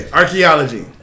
archaeology